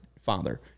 father